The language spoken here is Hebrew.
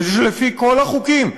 ולפי כל החוקים,